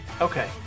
Okay